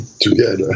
together